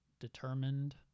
Determined